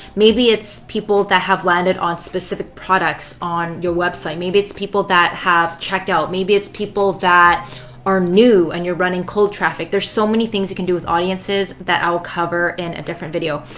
maybe it's people who have landed on specific products on your website. maybe it's people that have checked out. maybe it's people that are new and you're running cold traffic. there's so many things you can do with audiences that i'll cover in a different video.